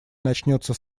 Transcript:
начнется